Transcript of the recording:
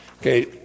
Okay